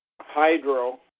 Hydro